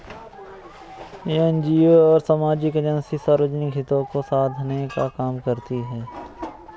NGO और सामाजिक agency सार्वजनिक हितों को साधने का काम करती हैं